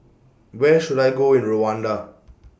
Where should I Go in Rwanda